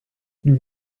nous